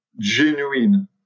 genuine